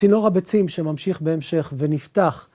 צינור הבצים שממשיך בהמשך ונפתח.